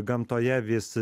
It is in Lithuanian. gamtoje vis